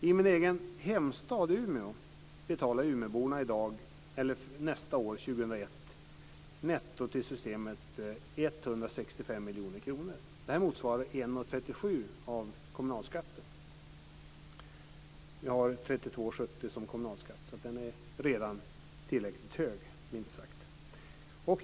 I min egen hemstad Umeå kommer umeborna att nästa år, 2001, betala netto till systemet 165 miljoner kronor. Det motsvarar 1 kr och 37 öre av kommunalskatten. Vi har 32 kr och 70 öre i kommunalskatt. Den är redan tillräckligt hög.